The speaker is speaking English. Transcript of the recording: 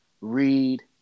Read